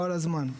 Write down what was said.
כל הזמן.